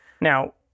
Now